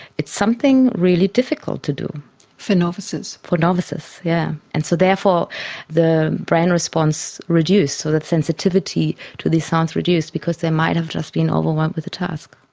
it's something really difficult to do for for novices. yeah and so therefore the brain response reduced, so that sensitivity to these sounds reduced because they might have just been overwhelmed with the task.